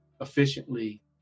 efficiently